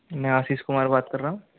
मैं आशीष कुमार बात कर रहा हूँ